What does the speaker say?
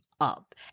up